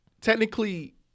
Technically